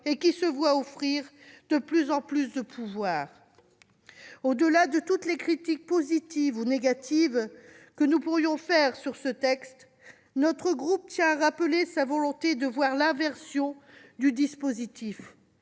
et qui se voient offrir de plus en plus de pouvoir. Au-delà de toutes les critiques, positives ou négatives, que nous pourrions émettre sur ce texte, notre groupe tient à rappeler sa volonté d'inverser le dispositif